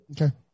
Okay